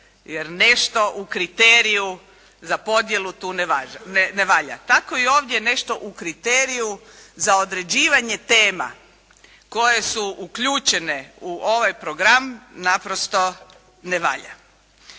jer nešto u kriteriju za podjelu tu ne valja. Tako i ovdje nešto u kriteriju za određivanje tema koje su uključene u ovaj program, naprosto ne valja.